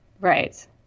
Right